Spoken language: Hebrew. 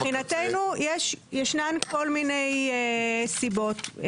מבחינתנו ישנן כל מיני סיבות.